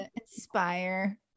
Inspire